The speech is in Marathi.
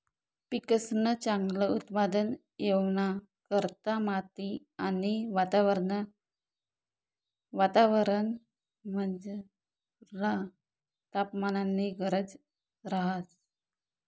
पिकंसन चांगल उत्पादन येवाना करता माती आणि वातावरणमझरला तापमाननी गरज रहास